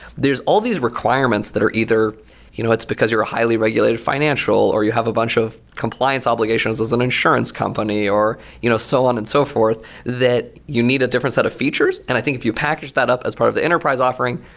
there's all these requirements that are either you know it's because you're a highly-regulated financial or you have a bunch of compliance obligation as as an insurance company, or you know so on and so forth that you need a different set of features? and i think if you package that up as part of the enterprise offering,